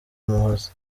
umuhoza